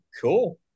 cool